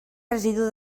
residu